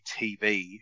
TV